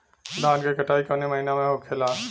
धान क कटाई कवने महीना में होखेला?